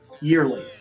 yearly